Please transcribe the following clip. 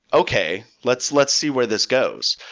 okay, let's let's see where this goes.